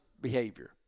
behavior